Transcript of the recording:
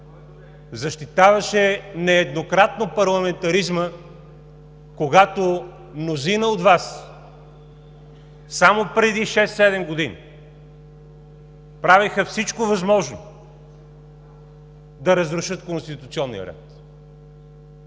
Защитаваше нееднократно парламентаризма, когато мнозина от Вас само преди шест-седем години правеха всичко възможно да разрушат конституционния ред.